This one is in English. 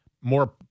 More